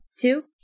two